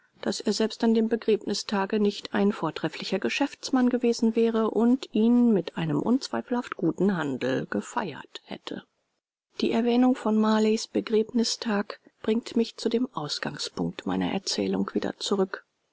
daß er selbst an dem begräbnistage nicht ein vortrefflicher geschäftsmann gewesen wäre und ihn mit einem unzweifelhaft guten handel gefeiert hätte die erwähnung von marleys begräbnistag bringt mich zu dem ausgangspunkt meiner erzählung wieder zurück